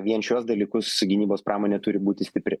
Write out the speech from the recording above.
vien šiuos dalykus gynybos pramonė turi būti stipri